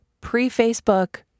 pre-Facebook